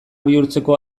bihurtzeko